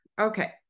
Okay